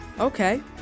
Okay